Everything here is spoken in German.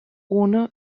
ohne